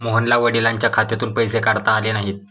मोहनला वडिलांच्या खात्यातून पैसे काढता आले नाहीत